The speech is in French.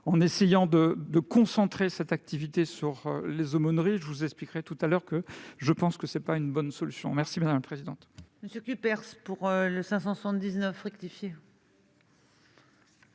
en essayant de concentrer cette activité sur les aumôneries. Je vous expliquerai tout à l'heure pourquoi je pense que ce n'est pas une bonne solution. La parole est